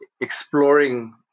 exploring